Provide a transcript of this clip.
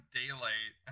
daylight